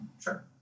Sure